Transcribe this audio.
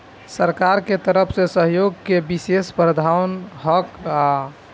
सरकार के तरफ से सहयोग के विशेष प्रावधान का हई?